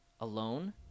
alone